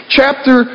chapter